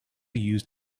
used